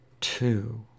two